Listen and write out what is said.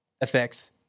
effects